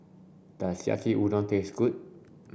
does Yaki Udon taste good